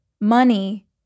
Money